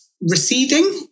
Receding